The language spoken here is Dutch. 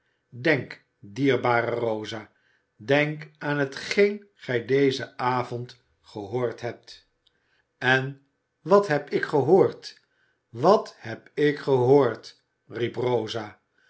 denk dierbare rosa denk aan hetgeen gij dezen avond gehoord hebt en wat heb ik gehoord wat heb ik gehoord riep rosa